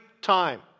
time